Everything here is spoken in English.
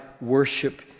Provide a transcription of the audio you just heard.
worship